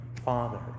Father